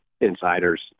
insiders